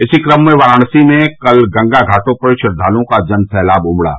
इसी क्रम में वाराणसी में कल गंगा घाटों पर श्रद्वालुओं का जन सैलाब उमड़ा